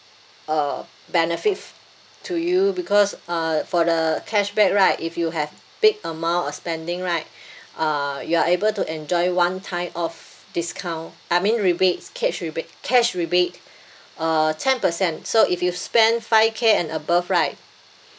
uh benefit to you because uh for the cashback right if you have big amount of spending right uh you are able to enjoy one time off discount I mean rebates cash rebate cash rebate uh ten per cent so if you spend five K and above right